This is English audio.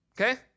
okay